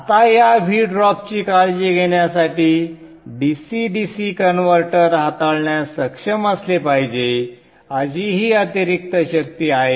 आता या V ड्रॉपची काळजी घेण्यासाठी DC DC कन्व्हर्टर हाताळण्यास सक्षम असले पाहिजे अशी ही अतिरिक्त शक्ती आहे